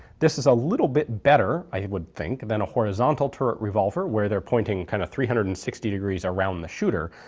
this is a little bit better, i would think, than a horizontal turret revolver where they're pointing kind of three hundred and sixty degrees around the shooter,